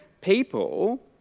people